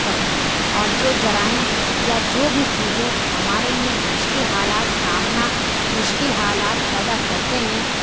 سکوں اور جو جرائم یا جو بھی چیزیں ہمارے لیے مشکل حالات سامنا مشکل حالات پیدا کرتے ہیں